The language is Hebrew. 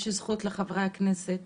יש זכות לחברי הכנסת